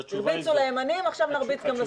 הרביצו לימניים עכשיו נרביץ גם לשמאלנים.